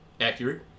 Accurate